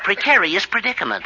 precarious predicament